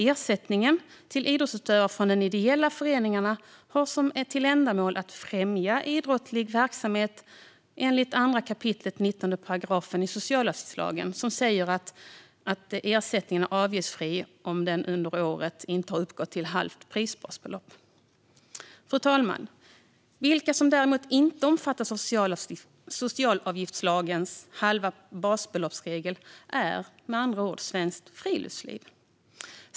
Ersättningen till idrottsutövare från ideella föreningar som har till ändamål att främja idrottslig verksamhet är enligt 2 kap. 19 § socialavgiftslagen avgiftsfri om ersättningen under året inte har uppgått till ett halvt prisbasbelopp. Fru talman! De som däremot inte omfattas av socialavgiftslagens regel om halvt basbelopp är med andra ord Svenskt Friluftsliv.